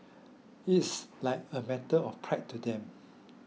it's like a matter of pride to them